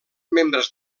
membres